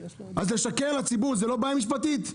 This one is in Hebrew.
אז לשקר לציבור זה לא בעיה משפטית?